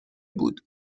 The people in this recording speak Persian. بود